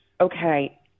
Okay